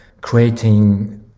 creating